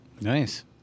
Nice